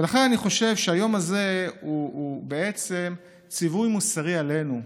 לכן אני חושב שהיום הזה הוא בעצם ציווי מוסרי עלינו,